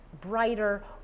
brighter